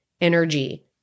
energy